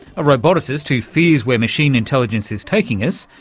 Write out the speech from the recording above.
a roboticist who fears where machine intelligence is taking us.